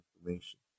information